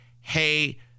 Hey